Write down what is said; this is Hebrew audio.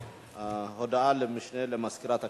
הודעה למשנה למזכירת הכנסת.